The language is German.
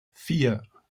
vier